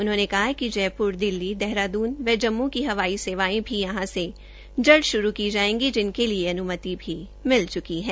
उन्होंने कहा कि जयपुर दिल्ली देहरादून व जम्मू की हवाई सेवाएं भी यहां से जल्द शुरू की जाएंगी जिनके लिए अनुमति मिल चुकी है